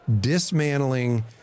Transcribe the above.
dismantling